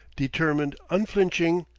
determined, unflinching.